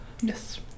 Yes